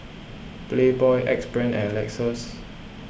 Playboy Axe Brand and Lexus